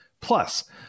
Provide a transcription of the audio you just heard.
Plus